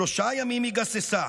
שלושה ימים היא גססה,